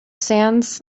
sands